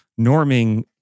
norming